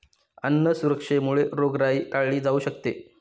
अन्न सुरक्षेमुळे रोगराई टाळली जाऊ शकते